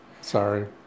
Sorry